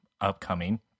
upcoming